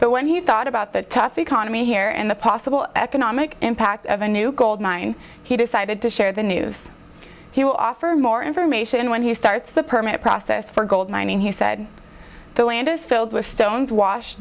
but when he thought about the tough economy here and the possible economic impact of a new gold mine he decided to share the news he will offer more information and when he starts the permit process for gold mining he said the land is filled with stones washed